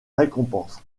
récompense